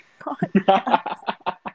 podcast